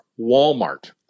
Walmart